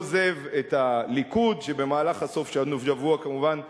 עוזב את הליכוד, שבמהלך סוף השבוע כמובן השתנה.